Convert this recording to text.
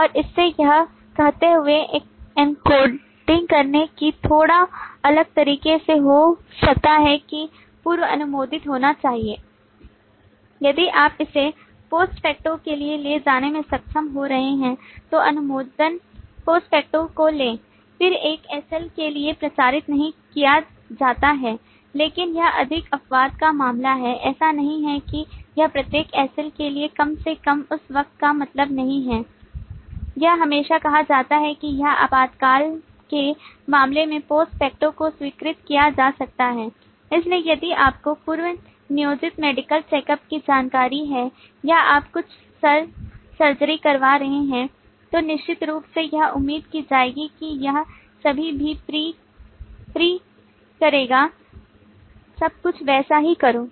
और इसे यह कहते हुए एन्कोडिंग करना कि थोड़ा अलग तरीके से हो सकता है कि पूर्व अनुमोदित होना चाहिए यदि आप इसे पोस्ट फैक्टो के लिए ले जाने में सक्षम हो रहे हैं तो अनुमोदन पोस्ट फैक्टो को लें फिर एक SL के लिए प्रचारित नहीं किया जाता है लेकिन यह अधिक अपवाद का मामला है ऐसा नहीं है कि यह प्रत्येक SL के लिए कम से कम उस वाक्य का मतलब नहीं है यह हमेशा कहा जाता है कि यह आपातकाल के मामले में पोस्ट फैक्टो को स्वीकृत किया जा सकता है इसलिए यदि आपको पूर्व नियोजित मेडिकल चेकअप की जानकारी है या आप कुछ सर सर्जरी करवा रहे हैं तो निश्चित रूप से यह उम्मीद की जाएगी कि यह अभी भी प्री करेगा सब कुछ वैसा ही करो